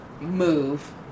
move